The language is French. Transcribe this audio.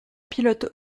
pilote